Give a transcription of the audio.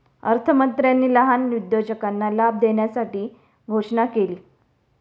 अर्थमंत्र्यांनी लहान उद्योजकांना लाभ देण्यासाठी घोषणा केली